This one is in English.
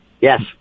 yes